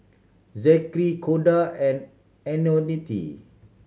Zackery Koda and Antionette